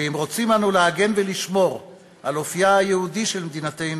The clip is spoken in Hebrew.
ואם רוצים אנו להגן ולשמור על אופייה היהודי של מדינתנו,